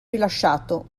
rilasciato